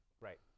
right